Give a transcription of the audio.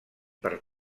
per